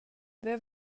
there